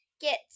get